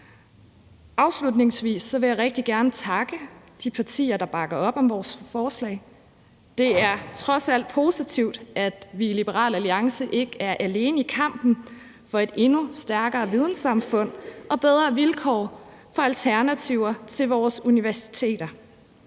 Afslutningsvis vil jeg rigtig gerne takke de partier, der bakker op om vores forslag. Det er trods alt positivt, at vi i Liberal Alliance ikke er alene i kampen for et endnu stærkere vidensamfund og for bedre vilkår for alternativer til vores universiteter.